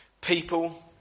people